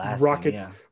rocket